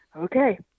okay